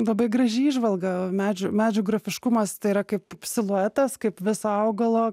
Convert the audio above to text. labai graži įžvalga medžių medžių grafiškumas tai yra kaip siluetas kaip viso augalo